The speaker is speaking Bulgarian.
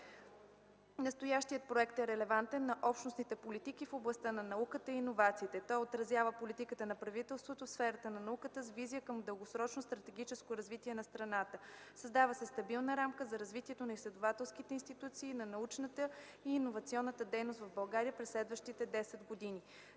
Настоящият проект е релевантен на общностните политики в областта на науката и иновациите. Той отразява политиката на правителството в сферата на науката с визия към дългосрочно стратегическо развитие на страната. Създава се стабилна рамка за развитието на изследователските институции, на научната и иновационната дейност в България през следващите 10 години.